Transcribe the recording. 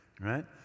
right